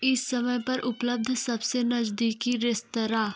इस समय पर उपलब्ध सबसे नजदीकी रेस्तराँ